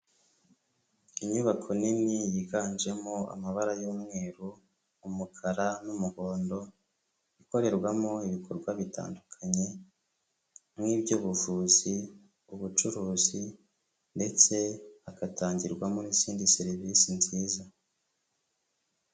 Inyubako nini yiganjemo amabara y'umweru, umukara n'umuhondo, ikorerwamo ibikorwa bitandukanye nk'iby'ubuvuzi, ubucuruzi ndetse hagatangirwamo n'izindi serivisi nziza.